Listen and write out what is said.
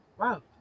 wow